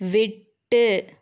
விட்டு